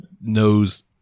knows